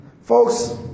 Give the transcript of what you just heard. folks